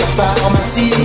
pharmacy